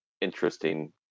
interesting